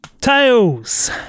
tails